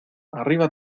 arriba